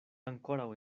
ankoraŭ